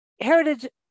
heritage